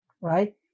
right